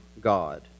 God